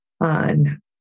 on